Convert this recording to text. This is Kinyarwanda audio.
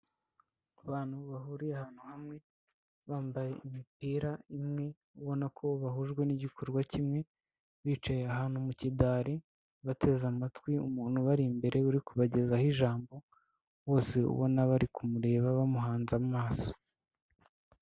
Abantu bahuriye ahantu hamwe, bambaye imipira imwe, ubona ko bahujwe n'igikorwa kimwe, bicaye ahantu mu kidari bateze amatwi umuntu bari imbere uri kubagezaho ijambo, bose ubona bari kumureba bamuhanze amaso.